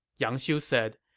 yang xiu said,